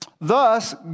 thus